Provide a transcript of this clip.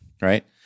right